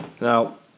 Now